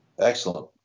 Excellent